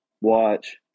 watch